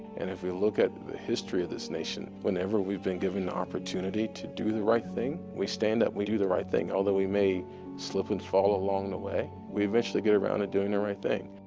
and if we look at the history of this nation, whenever we've been given the opportunity to do the right thing, we stand up. we do the right thing. although we may slip and fall along the way, we eventually get around to doing the right thing.